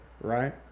right